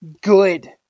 good